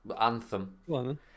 Anthem